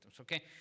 okay